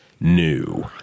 new